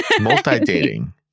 Multi-dating